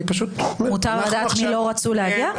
מותר לדעת מי לא רצו להגיע?